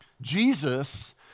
Jesus